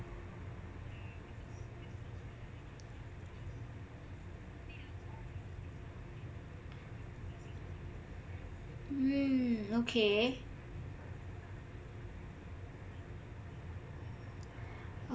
mm okay